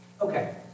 Okay